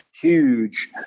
huge